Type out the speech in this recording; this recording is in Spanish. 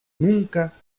nunca